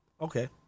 okay